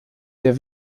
der